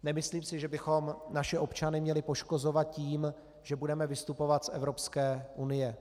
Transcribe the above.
Nemyslím si, že bychom naše občany měli poškozovat tím, že budeme vystupovat z Evropské unie.